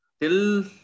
till